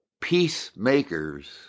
peacemakers